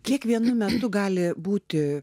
kiek vienu metu gali būti